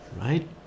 right